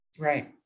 Right